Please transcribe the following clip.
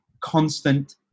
Constant